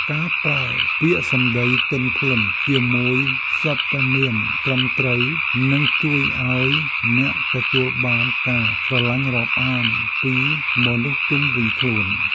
ការប្រើពាក្យសម្តីទន់ភ្លន់ជាមួយសព្វនាមត្រឹមត្រូវនឹងជួយឱ្យអ្នកទទួលបានការស្រឡាញ់រាប់អានពីមនុស្សជុំវិញខ្លួន។